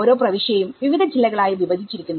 ഓരോ പ്രവിശ്യയും വിവിധ ജില്ലകളായി വിഭജിച്ചിരിക്കുന്നു